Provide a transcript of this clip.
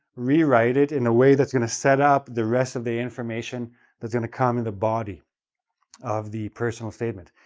re-write it in a way that's going to set up the rest of the information that's going to come in the body of the personal statement.